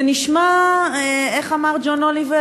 זה נשמע, איך אמר ג'ון אוליבר?